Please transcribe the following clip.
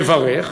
מברך,